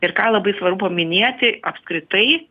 ir ką labai svarbu paminėti apskritai